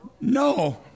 No